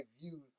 view